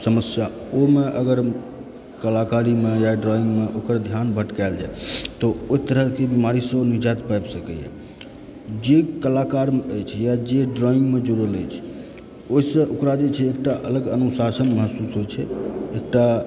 समस्या ओहिमे अगर कलाकारीमे या ड्राइंगमे ओकर ध्यान भटकायल जाय तऽ ओहि तरहकेँ बीमारी से ओ निजात पाबि सकैए जे कलाकारमे अछि या जे ड्राइंगमे जुड़ल अछि ओहिसँ ओकरा जे छै एकटा अलग अनुशासन महसूस होइत छै एकटा